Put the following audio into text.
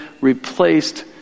replaced